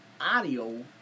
audio